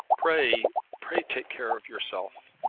pray pray take care of yourself.